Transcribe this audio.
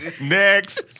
Next